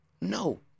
No